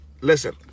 Listen